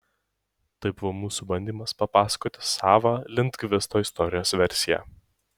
tai buvo mūsų bandymas papasakoti savą lindgvisto istorijos versiją